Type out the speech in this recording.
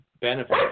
benefit